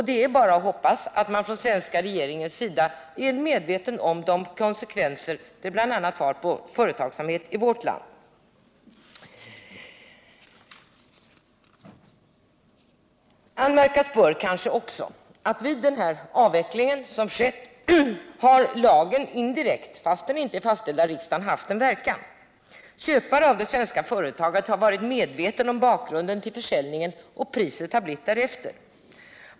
Det är bara att hoppas att man från den svenska regeringens sida är medveten om de konsekvenser det bl.a. har på företagsamheten i vårt land. Anmärkas bör kanske också att vid den avveckling som skett har lagen indirekt — fast den inte är fastställd av riksdagen — haft en verkan. Köparen av det svenska företaget har varit medveten om bakgrunden till försäljningen, och priset har blivit därefter.